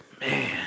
man